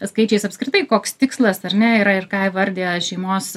skaičiais apskritai koks tikslas ar ne yra ir ką įvardija šeimos